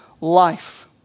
life